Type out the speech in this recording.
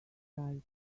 right